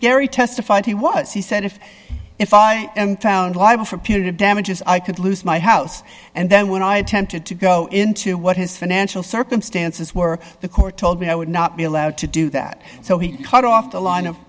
gary testified he was he said if if i am found liable for punitive damages i could lose my house and then when i attempted to go into what his financial circumstances were the court told me i would not be allowed to do that so he cut off the line